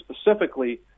Specifically